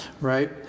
right